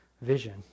vision